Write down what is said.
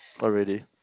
oh really